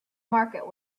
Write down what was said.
market